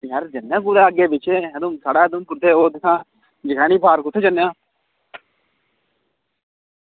यार जन्ने आं कुदै अग्गें पिच्छें साढ़े उधमपुर जेह्का ओह् जखैनी पार्क जन्ने आं